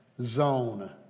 zone